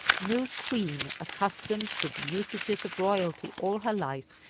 no queen, accustomed to the usages of royalty all her life,